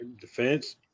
Defense